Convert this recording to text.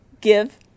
Give